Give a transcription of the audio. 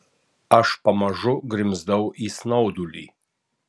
aš pamažu grimzdau į snaudulį